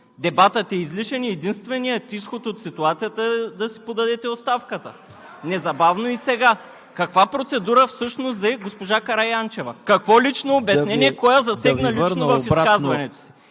Дебатът е излишен и единственият изход от ситуацията е да си подадете оставката незабавно и сега. (Шум и реплики.) Каква процедура всъщност взе госпожа Караянчева? Какво лично обяснение, кой я засегна лично в изказването си